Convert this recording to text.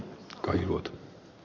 tulevaisuus